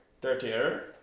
dirtier